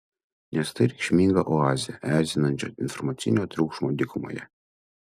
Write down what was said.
nes tai reikšminga oazė erzinančio informacinio triukšmo dykumoje